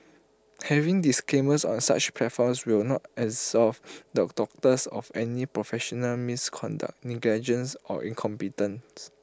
having disclaimers on such platforms will not absolve the doctors of any professional misconduct negligence or incompetence